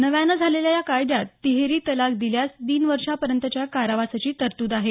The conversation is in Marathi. नव्याने झालेल्या या कायद्यात तिहेरी तलाक दिल्यास तीन वर्षांपर्यंतच्या कारावासाची तरतूद आहे